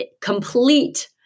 complete